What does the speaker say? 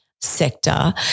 sector